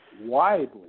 widely